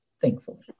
thankfully